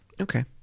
Okay